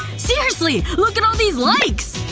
seriously! look at all these likes!